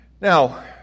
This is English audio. Now